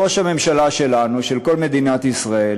ראש הממשלה שלנו, של כל מדינת ישראל,